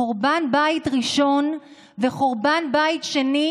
חורבן בית ראשון וחורבן בית שני